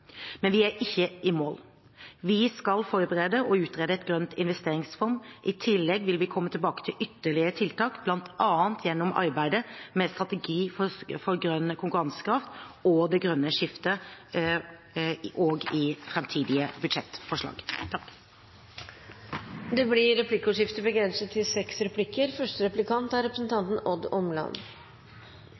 Men vi er ikke i mål. Vi skal forberede og utrede et grønt investeringsfond. I tillegg vil vi komme tilbake med ytterligere tiltak, bl.a. gjennom arbeidet med strategi for grønn konkurransekraft og det grønne skiftet og i framtidige budsjettforslag. Det blir replikkordskifte.